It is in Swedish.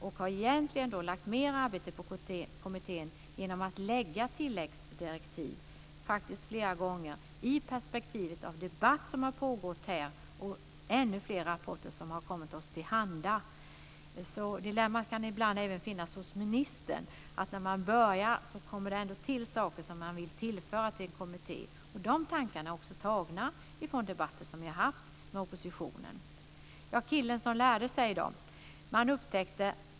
Och jag har lagt mer arbete på kommittén genom att ge den tilläggsdirektiv flera gånger i perspektivet av debatt som har pågått här och ännu fler rapporter som har kommit oss till handa. Det kan ibland finnas ett dilemma även hos ministern, att när man börjar med något så kommer det till saker som man vill tillföra en kommitté. Dessa tankar kommer från debatter som vi har haft med oppositionen. Jag ska fortsätta att berätta om killen som lärde sig räkna.